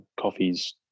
coffee's